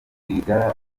rwigara